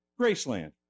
Graceland